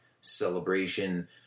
Celebration